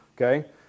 okay